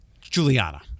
Juliana